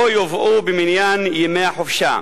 לא יובאו במניין ימי החופשה,